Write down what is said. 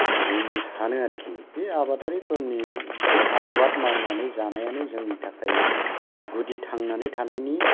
बुंनो सानो आरोखि बे आबादारिफोरनि बे आबाद मावनानै जानायानो जोंनि थाखाय गुदि थांनानै थानायनि